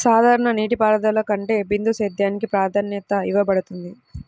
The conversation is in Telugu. సాధారణ నీటిపారుదల కంటే బిందు సేద్యానికి ప్రాధాన్యత ఇవ్వబడుతుంది